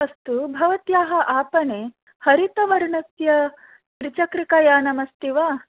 अस्तु भवत्याः आपणे हरितवर्णस्य त्रचक्रिकयानम् अस्ति वा